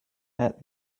add